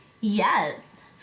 Yes